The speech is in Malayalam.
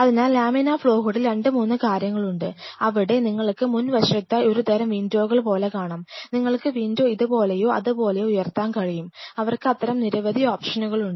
അതിനാൽ ലാമിനാർ ഫ്ലോ ഹൂഡിൽ 2 3 കാര്യങ്ങൾ ഉണ്ട് അവിടെ നിങ്ങള്ക്ക് മുൻവശത്തായി ഒരു തരം വിൻഡോകൾ പോലെ കാണാം നിങ്ങൾക്ക് വിൻഡോ ഇതുപോലെയോ അതുപോലെയോ ഉയർത്താൻ കഴിയും അവർക്ക് അത്തരം നിരവധി ഓപ്ഷനുകൾ ഉണ്ട്